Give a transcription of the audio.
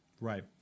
Right